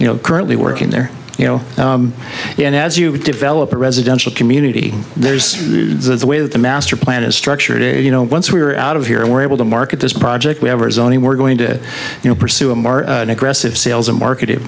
you know currently working there you know and as you develop a residential community there's the way that the master plan is structured a you know once we're out of here and we're able to market this project we have or is only we're going to you know pursue a more aggressive sales and marketing